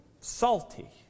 salty